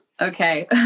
Okay